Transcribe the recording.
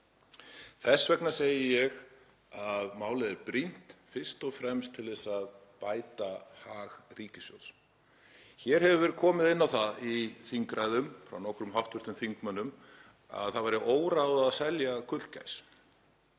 Þess vegna segi ég að málið sé brýnt, fyrst og fremst til þess að bæta hag ríkissjóðs. Hér hefur verið komið inn á það í þingræðum frá nokkrum hv. þingmönnum að það væri óráð að selja gullgæs.